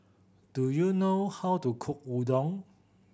do you know how to cook Udon